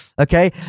okay